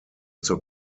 zur